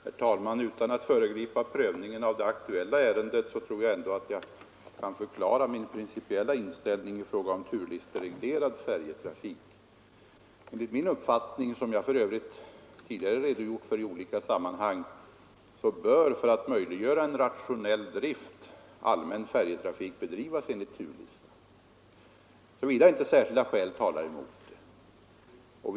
Herr talman! Utan att föregripa prövningen av det aktuella ärendet kan jag förklara min principiella inställning i fråga om turlistereglerad färjetrafik. Enligt min uppfattning — som jag för övrigt redogjort för tidigare i olika sammanhang — bör för att möjliggöra en rationell drift allmän färjetrafik bedrivas enligt turlista, såvida inte särskilda skäl talar emot det.